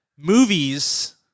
movies